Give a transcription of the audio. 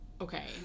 okay